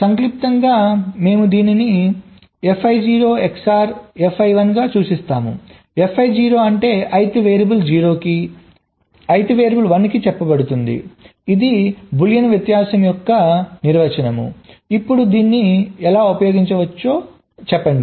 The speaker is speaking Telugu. సంక్షిప్తంగా మేము దీనిని fi0 XOR fi1 గా సూచిస్తాము fi0 అంటే i th వేరియబుల్ 0 కి i th వేరియబుల్ 1 కి చెప్పబడుతుంది ఇది బూలియన్ వ్యత్యాసం యొక్క నిర్వచనం ఇప్పుడు దీన్ని ఎలా ఉపయోగించవచ్చో చెప్పండి